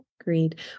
Agreed